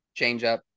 changeup